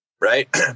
right